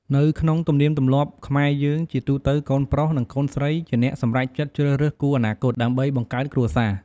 នៅក្នុងទំនៀមទំម្លាប់ខ្មែរយើង ជាទូទៅកូនប្រុស និងកូនស្រីជាអ្នកសម្រេចចិត្តជ្រើសរើសគូរអនាគត ដើម្បីបង្កើតគ្រួសារ។